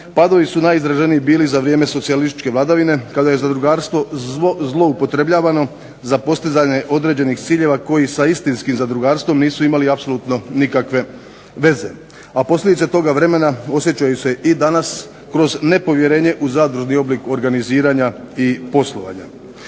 Padova su najizraženiji za vrijeme socijalističke vladavine kada je zadrugarstvo zloupotrebljavano za postizanje određenih ciljeva koji sa istinskim zadrugarstvom nisu imali apsolutne nikakve veze, a posljedice toga vremena osjećaju se i danas kroz nepovjerenje u zadružni oblik organiziranja i poslovanja.